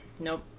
nope